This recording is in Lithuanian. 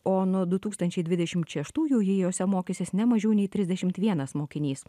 o nuo du tūkstančiai dvidešimt šeštųjų jei jose mokysis ne mažiau nei trisdešimt vienas mokinys